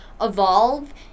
evolve